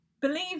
believe